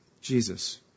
Jesus